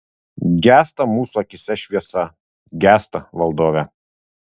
gęsta mūsų akyse šviesa gęsta valdove